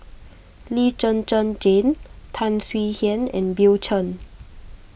Lee Zhen Zhen Jane Tan Swie Hian and Bill Chen